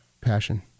passion